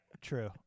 true